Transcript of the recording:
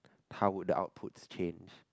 how would the outputs change